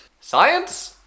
Science